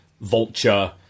Vulture